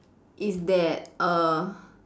is that err